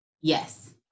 Yes